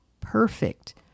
perfect